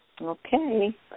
Okay